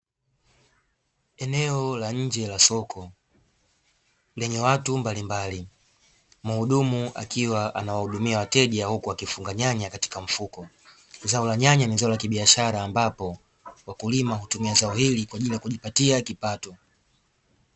Eneo la nje la soko lenye watu mbalimbali, mhudumu akiwa anawahudumia wateja huku akifunga nyanya katika mfuko. Zao la nyanya ni zao la biashara ambapo wakulima hutumia zao hili kwa ajili ya kujipatia kipato.